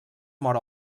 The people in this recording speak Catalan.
mor